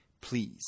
Please